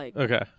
Okay